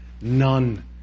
None